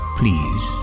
please